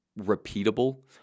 repeatable